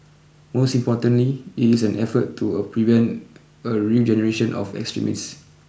most importantly it is an effort to prevent a regeneration of extremists